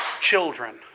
children